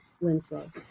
winslow